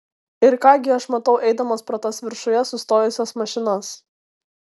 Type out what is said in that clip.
ir ką gi aš matau eidamas pro tas viršuje sustojusias mašinas